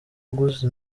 uguze